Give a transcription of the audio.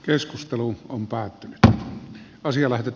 puhemiesneuvosto ehdottaa että aasialaiset